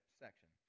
section